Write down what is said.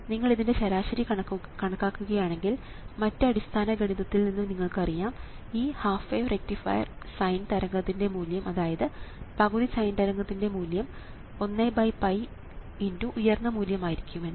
നിങ്ങൾ ഇതിന്റെ ശരാശരി കണക്കാക്കുകയാണെങ്കിൽ മറ്റ് അടിസ്ഥാന ഗണിതത്തിൽ നിന്ന് നിങ്ങൾക്കറിയാം ഈ ഹാഫ് വേവ് റക്റ്റിഫയർ സൈൻ തരംഗത്തിന്റെ മൂല്യം അതായത് പകുതി സൈൻ തരംഗത്തിന്റെ മൂല്യം 1𝜋×ഉയർന്ന മൂല്യം ആയിരിക്കും എന്ന്